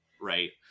Right